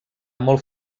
molt